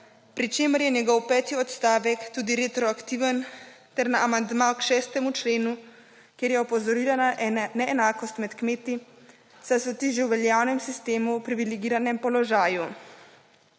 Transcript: pri čemer je njegov peti odstavek tudi retroaktiven ter na amandma k 6. členu, kjer je opozorila na neenakost med kmeti, saj so ti že v veljavnem sistemu v privilegiranem položaju.